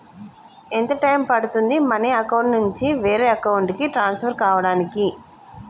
ఎంత టైం పడుతుంది money account నుంచి వేరే అకౌంట్ కి ట్రాన్స్ఫర్ కావటానికి?